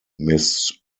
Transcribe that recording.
miss